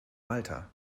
malta